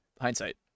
hindsight